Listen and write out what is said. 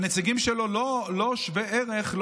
והנציגים שלו לא שווי ערך,